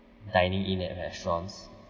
dining in at restaurants